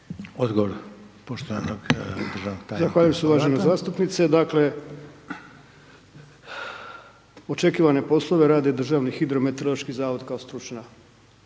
Odgovor poštovanog državnog tajnika. **Horvat, Mile (SDSS)** Zahvaljujem se uvažena zastupnice. Dakle, očekivane poslove rade Državni hidrometeorološki zavod kao stručna